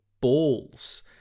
balls